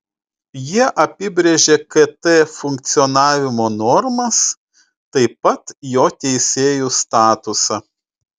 jie apibrėžia kt funkcionavimo normas taip pat jo teisėjų statusą